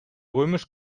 römisch